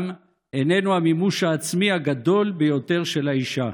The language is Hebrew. אינן המימוש העצמי הגדול ביותר של האישה.